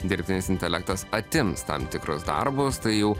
dirbtinis intelektas atims tam tikrus darbus tai jau